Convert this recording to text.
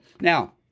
now